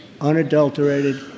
unadulterated